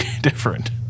different